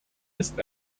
ist